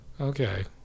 Okay